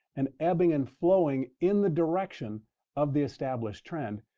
an ebbing and flowing in the direction of the established trend.